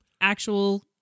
actual